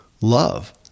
love